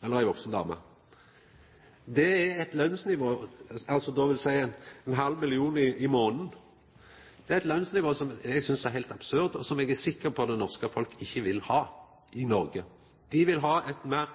ein halv million i månaden. Det er eit lønsnivå som eg synest er heilt absurd, og som eg er sikker på at folk ikkje vil ha i Noreg. Dei vil ha eit meir